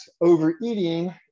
overeating